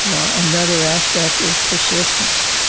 ah another aspect is persistence.